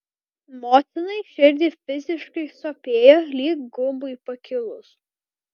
motinai širdį fiziškai sopėjo lyg gumbui pakilus